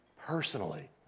personally